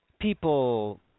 people